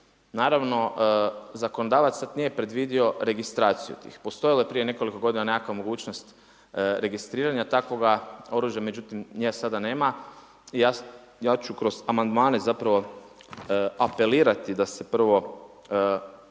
Naravno, zakonodavac sad nije predvidio registraciju tih. Postojala je prije nekoliko godina nekakva mogućnost registriranja takvoga oružja, međutim, nje sada nema. Ja ću kroz amandmane zapravo apelirati da se prvo